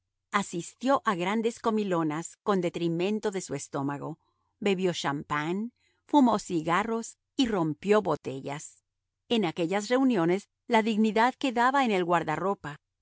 asistió a grandes comilonas con detrimento de su estómago bebió champagne fumó cigarros y rompió botellas en aquellas reuniones la dignidad quedaba en el guardarropa